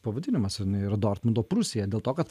pavadinimas yra dortmundo prūsija dėl to kad